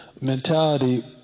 mentality